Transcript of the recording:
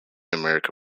america